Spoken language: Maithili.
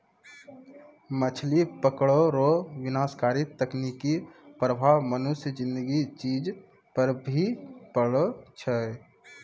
मछली पकड़ै रो विनाशकारी तकनीकी प्रभाव मनुष्य ज़िन्दगी चीज पर भी पड़ै छै